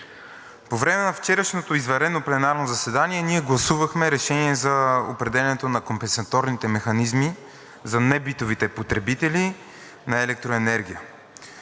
По време на вчерашното извънредно пленарно заседание ние гласувахме Решение за определянето на компенсаторните механизми за небитовите потребители на електроенергия.